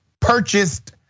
purchased